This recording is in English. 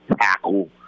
tackle